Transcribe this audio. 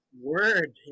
Word